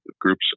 groups